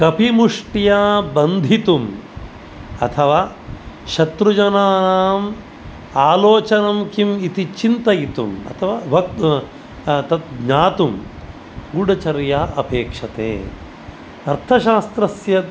कपिमुष्ट्या बन्धितुम् अथवा शत्रुजनानां आलोचनं किम् इति चिन्तयितुम् अथवा वक् तत् ज्ञातुं गूडचर्या अपेक्षते अर्थशास्त्रस्य